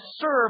serve